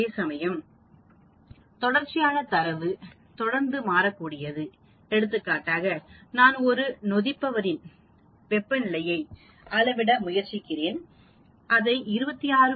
அதேசமயம் மாறி தரவுகளில் தொடர்ச்சியான தரவு தொடர்ந்து மாறக்கூடும் எடுத்துக்காட்டாக நான் ஒரு நொதிப்பவரின் வெப்பநிலையை அளவிட முயற்சிக்கிறேன் இதை 26